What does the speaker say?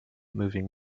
moving